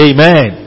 Amen